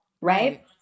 right